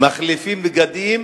שמחליפים בגדים